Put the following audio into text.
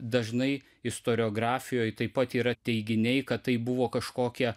dažnai istoriografijoj taip pat yra teiginiai kad tai buvo kažkokie